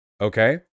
Okay